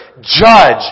judge